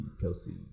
kelsey